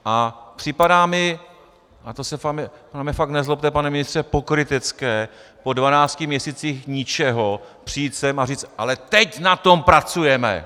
A připadá mi, a to se na mě fakt nezlobte, pane ministře, pokrytecké po 12 měsících ničeho přijít sem a říct: Ale teď na tom pracujeme.